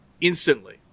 instantly